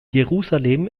jerusalem